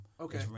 Okay